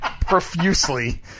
profusely